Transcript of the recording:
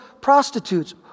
prostitutes